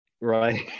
right